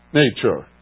nature